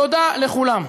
תודה לכולם.